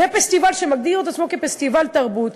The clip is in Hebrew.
בפסטיבל שמגדיר את עצמו פסטיבל תרבות,